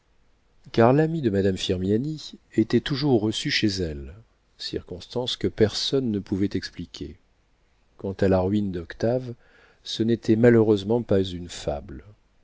car l'ami de madame firmiani était toujours reçu chez elle circonstance que personne ne pouvait expliquer quant à la ruine d'octave ce n'était malheureusement pas une fable